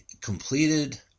completed